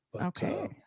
okay